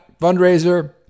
fundraiser